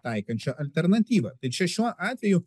taikančią alternatyvą tai čia šiuo atveju